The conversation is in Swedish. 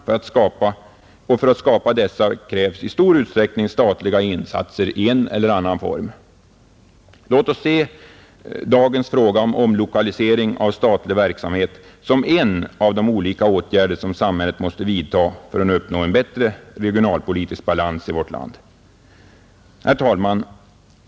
För att skapa sådana krävs i stor utsträckning statliga insatser i en eller annan form. Låt oss se den i dag föreslagna omlokaliseringen av statlig verksamhet som en av de olika åtgärder som samhället måste vidta för att uppnå en bättre regionalpolitisk balans i vårt land! Herr talman!